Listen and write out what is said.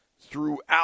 throughout